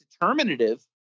determinative